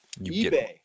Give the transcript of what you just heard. eBay